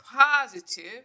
positive